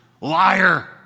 Liar